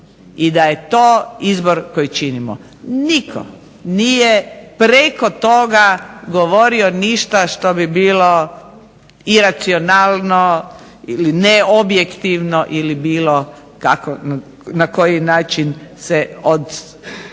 i da je to izbor koji činimo. Nitko nije preko toga govorio ništa što bi bilo iracionalno ili neobjektivno ili bilo kako na koji način se odmicalo